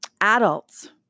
Adults